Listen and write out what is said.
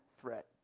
threat